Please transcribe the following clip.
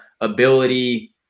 ability